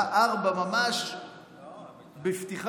ממש בפתיחת הדיון,